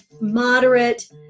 moderate